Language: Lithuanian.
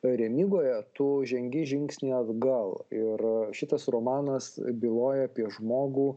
remygoje tu žengi žingsnį atgal ir šitas romanas byloja apie žmogų